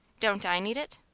don't i need it?